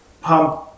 pump